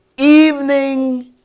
Evening